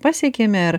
pasiekėme ar